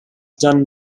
done